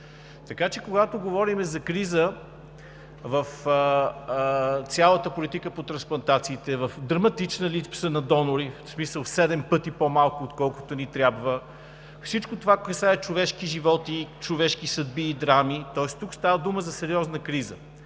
Така че, когато говорим за криза в цялата политика по трансплантациите, за драматична липса на донори – в смисъл седем пъти по-малко, отколкото ни трябват, всичко това касае човешки животи, човешки съдби и драми. Тук става дума за сериозна криза.